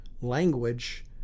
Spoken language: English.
language